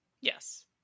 Yes